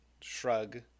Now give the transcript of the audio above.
shrug